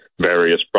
various